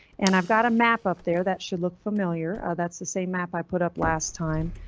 and i've got a map up there that should look familiar that's the same map i put up last time.